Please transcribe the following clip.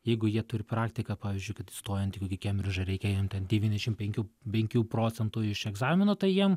jeigu jie turi praktiką pavyzdžiui kad įstojant į kembridžą reikia jam devyniašim penkių penių procentų iš egzamino tai jiem